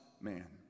man